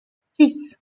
six